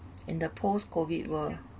in the post COVID world